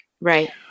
Right